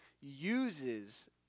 uses